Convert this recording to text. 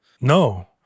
No